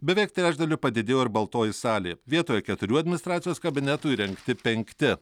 beveik trečdaliu padidėjo ir baltoji salė vietoje keturių administracijos kabinetų įrengti penkti